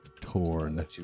torn